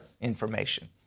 information